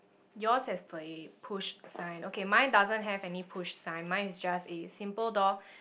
yours have a push sign okay mine doesn't have any push sign mine is just a simple door